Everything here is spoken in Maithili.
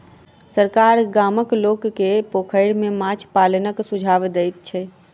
सरकार गामक लोक के पोखैर में माछ पालनक सुझाव दैत छै